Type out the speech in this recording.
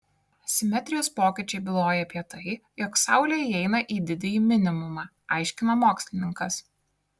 simetrijos pokyčiai byloja apie tai jog saulė įeina į didįjį minimumą aiškina mokslininkas